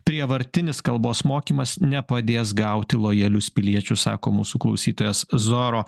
prievartinis kalbos mokymas nepadės gauti lojalius piliečius sako mūsų klausytojas zoro